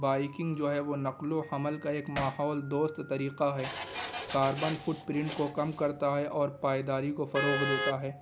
biking جو ہے وہ نقل و حمل کا ایک ماحول دوست طریقہ ہے کاربن فٹ پرنٹ کو کم کرتا ہے اور پائیداری کو فروغ دیتا ہے